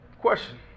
Question